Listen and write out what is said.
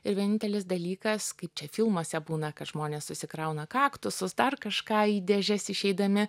ir vienintelis dalykas kaip čia filmuose būna kad žmonės susikrauna kaktusus dar kažką į dėžes išeidami